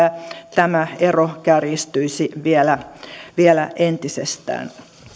tämä ero kärjistyisi vielä vielä entisestään